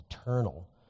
eternal